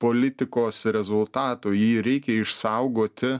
politikos rezultatu jį reikia išsaugoti